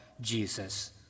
Jesus